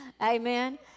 Amen